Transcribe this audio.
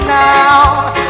now